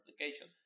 application